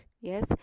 yes